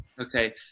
Okay